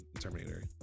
Terminator